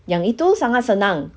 yang itu sangat senang